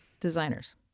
Designers